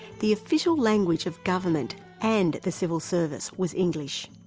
the official language of government and the civil service, was english.